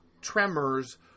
Tremors